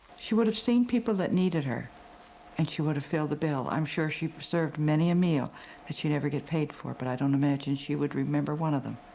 she would have seen people that needed her and she would have filled the bill. i'm sure she served many a meal that she never got paid for but i don't imagine she would remember one of them.